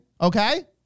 Okay